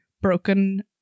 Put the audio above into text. broken